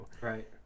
right